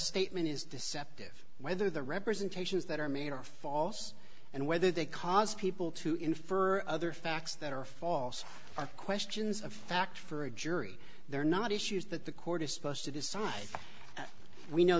statement is deceptive whether the representations that are made are false and whether they cause people to infer other facts that are false are questions of fact for a jury there are not issues that the court is supposed to decide we know